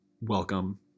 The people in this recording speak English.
welcome